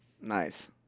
Nice